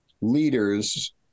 leaders